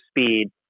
speed